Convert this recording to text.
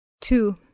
Two